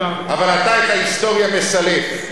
אבל אתה את ההיסטוריה מסלף.